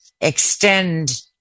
extend